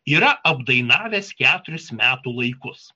yra apdainavęs keturis metų laikus